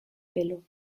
pelo